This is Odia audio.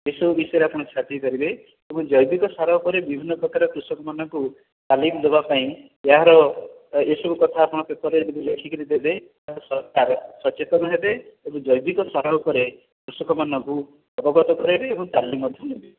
ଏସବୁ ବିଷୟରେ ଆପଣ ଛାପି ପାରିବେ ଏବଂ ଜୈବିକ ସାର ଉପରେ ବିଭିନ୍ନ ପ୍ରକାର କୃଷକ ମାନଙ୍କୁ ତାଲିମ ଦେବା ପାଇଁ ଏହାର ଏସବୁ କଥା ଆପଣ ପେପେର ରେ ଯଦି ଲେଖି କରି ଦେବେ ସରକାର ସଚେତନ ହେବେ ଜୈବିକ ସାର ଉପରେ କୃଷକମାନଙ୍କୁ ଅବଗତ କରାଇବେ ଏବଂ ତାଲିମ ମଧ୍ୟ ଦେବେ